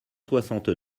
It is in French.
soixante